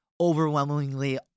overwhelmingly